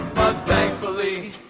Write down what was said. thankfully.